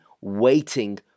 waiting